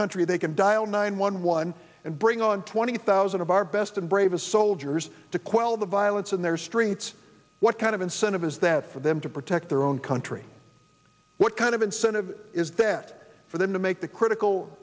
country they can dial nine one one and bring on twenty thousand of our best and bravest soldiers to quell the violence in their streets what kind of incentive is that for them to protect their own country what kind of incentive is that for them to make the critical